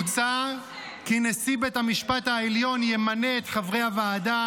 בכלל זה מוצע כי נשיא בית המשפט העליון ימנה את חברי הוועדה